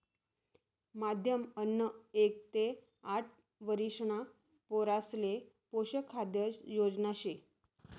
माध्यम अन्न एक ते आठ वरिषणा पोरासले पोषक खाद्य योजना शे